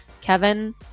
Kevin